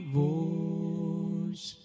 voice